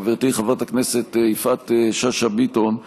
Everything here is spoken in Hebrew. חברתי חברת הכנסת יפעת שאשא ביטון.